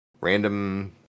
random